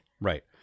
Right